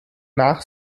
nach